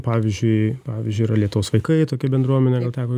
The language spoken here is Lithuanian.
pavyzdžiui pavyzdžiui yra lietaus vaikai tokia bendruomenė gal teko